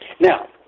Now